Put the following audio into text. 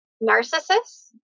narcissus